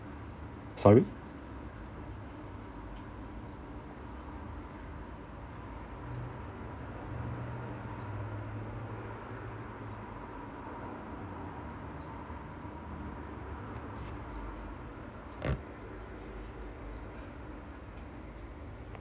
sorry